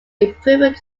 improvement